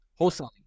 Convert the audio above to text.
wholesaling